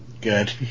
good